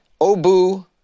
Obu